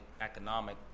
economic